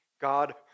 God